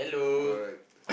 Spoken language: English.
alright